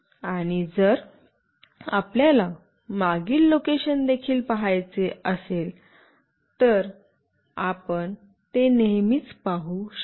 आणि जर आपल्याला मागील लोकेशन देखील पहायचे असेल तर आपण नेहमीच ते पाहू शकता